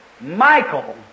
Michael